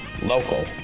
local